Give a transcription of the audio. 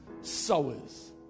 sowers